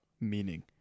meaning